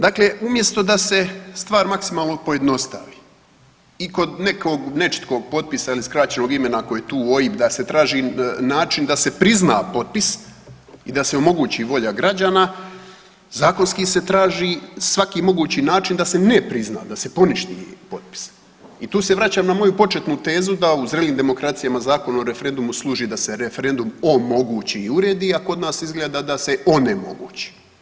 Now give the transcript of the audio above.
Dakle, umjesto da se stvar maksimalno pojednostavi i kod nekog nečitkog potpisa ili skraćenog imena, ako je tu OIB, da se traži način da se prizna potpis i da se omogući volja građana, zakonski se traži svaki mogući način da se ne prizna, da se poništi potpis i tu se vraćam na moju početnu tezu da u zrelim demokracijama Zakon o referendumu služi da se referendum omogući i uredi a kod izgleda da se onemogući.